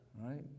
Right